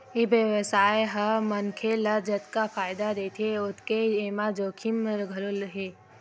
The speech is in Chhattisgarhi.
ए बेवसाय ह मनखे ल जतका फायदा देथे ओतके एमा जोखिम घलो हे